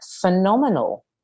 phenomenal